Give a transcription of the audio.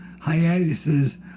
hiatuses